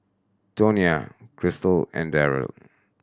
Tonia Krystal and Darren